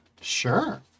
Sure